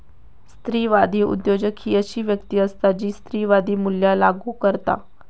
स्त्रीवादी उद्योजक ही अशी व्यक्ती असता जी स्त्रीवादी मूल्या लागू करता